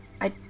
I-